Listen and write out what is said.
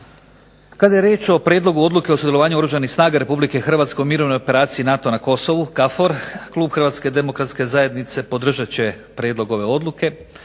Kada je riječ o prijedlogu odluke o sudjelovanju Oružanih snaga Republike Hrvatske u mirovnoj operaciji NATO-a na Kosovu KAFOR klub Hrvatske demokratske zajednice podržat će prijedlog ove odluke